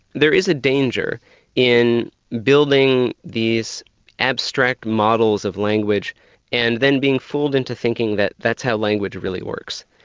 there is a danger in building these abstract models of language and then being fooled into thinking that that's how language really works.